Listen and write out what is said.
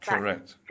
Correct